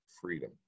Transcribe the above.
freedom